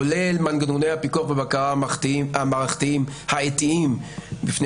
כולל מנגנוני הפיקוח והבקרה המערכתיים האתיים בפני